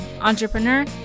entrepreneur